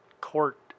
court